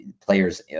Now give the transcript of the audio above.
players